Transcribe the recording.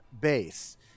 base